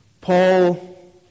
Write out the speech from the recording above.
Paul